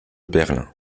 berlin